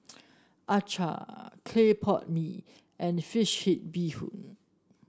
acar Clay Pot Mee and fish head Bee Hoon